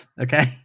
okay